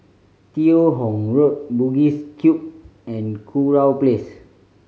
Teo Hong Road Bugis Cube and Kurau Pace